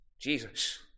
Jesus